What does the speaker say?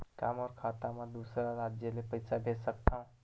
का मोर खाता म दूसरा राज्य ले पईसा भेज सकथव?